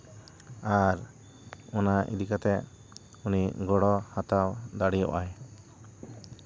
ᱟᱨ ᱚᱱᱟ ᱤᱫᱤ ᱠᱟᱛᱮ ᱩᱱᱤ ᱜᱚᱲᱚ ᱦᱟᱛᱟᱣ ᱫᱟᱲᱮᱭᱟᱜᱼᱟᱭ